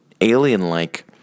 alien-like